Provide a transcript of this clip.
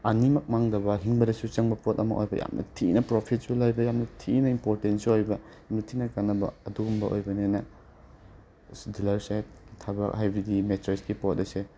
ꯑꯅꯤꯃꯛ ꯃꯥꯡꯗꯕ ꯍꯤꯡꯕꯗꯁꯨ ꯆꯪꯕ ꯄꯣꯠ ꯑꯃ ꯑꯣꯏꯕ ꯌꯥꯝꯅ ꯊꯤꯅ ꯄ꯭ꯔꯣꯐꯤꯠꯁꯨ ꯂꯩꯕ ꯌꯥꯝꯅ ꯊꯤꯅ ꯏꯝꯄ꯭ꯔꯣꯇꯦꯟꯁꯨ ꯑꯣꯏꯕ ꯌꯥꯝꯅ ꯊꯤꯅ ꯀꯥꯟꯅꯕ ꯑꯗꯨꯒꯨꯝꯕ ꯑꯣꯏꯕꯅꯤꯅ ꯑꯁ ꯗꯤꯂꯔ ꯁꯦꯠ ꯊꯕꯛ ꯍꯥꯏꯕꯗꯤ ꯃꯦꯇ꯭ꯔꯦꯁꯀꯤ ꯄꯣꯠ ꯑꯁꯦ